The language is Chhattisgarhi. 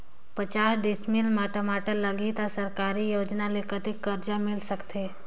पचास डिसमिल मा टमाटर लगही त सरकारी योजना ले कतेक कर्जा मिल सकथे?